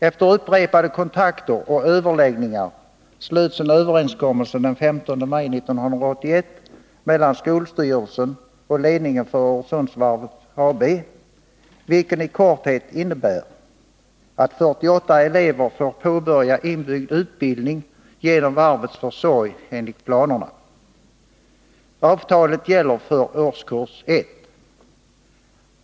Efter upprepade kontakter och överläggningar slöts en överenskommelse den 15 maj 1981 mellan skolstyrelsen och ledningen för Öresundsvarvet AB, vilken i korthet innebär att 48 elever får påbörja inbyggd utbildning genom varvets försorg enligt planerna. Avtalet gäller för årskurs ett.